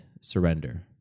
surrender